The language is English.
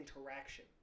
interaction